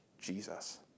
Jesus